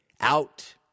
out